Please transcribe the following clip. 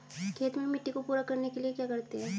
खेत में मिट्टी को पूरा करने के लिए क्या करते हैं?